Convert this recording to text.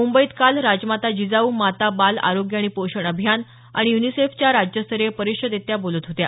मुंबईत काल राजमाता जिजाऊ माता बाल आरोग्य आणि पोषण अभियान आणि युनिसेफच्या राज्यस्तरीय परिषदेत त्या बोलत होत्या